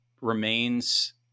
remains